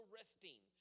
resting